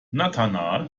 nathanael